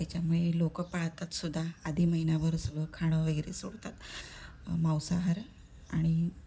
त्याच्यामुळे लोक पाळतात सुद्धा आधी महिन्याभर सगळं खाणं वगैरे सोडतात मांसाहार आणि